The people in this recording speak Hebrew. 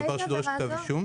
וזה דבר שדורש כתב אישום.